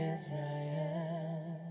Israel